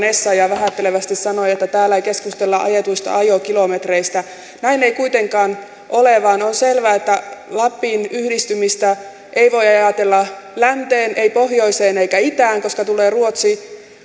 essayah vähättelevästi sanoi että täällä ei keskustella ajetuista ajokilometreistä näin ei kuitenkaan ole vaan on selvää että lapin yhdistymistä ei voi ajatella länteen pohjoiseen eikä itään koska tulee ruotsi